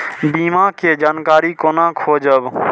बीमा के जानकारी कोना खोजब?